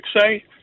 Say